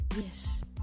Yes